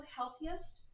healthiest